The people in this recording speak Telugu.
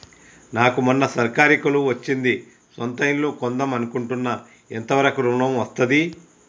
నాకు మొన్న సర్కారీ కొలువు వచ్చింది సొంత ఇల్లు కొన్దాం అనుకుంటున్నా ఎంత వరకు ఋణం వస్తది?